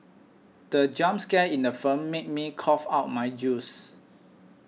the jump scare in the film made me cough out my juice